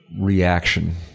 reaction